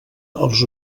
els